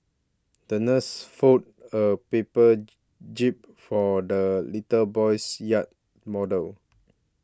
the nurse folded a paper jib for the little boy's yacht model